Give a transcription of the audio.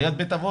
ליד בית אבות,